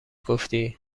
گفتی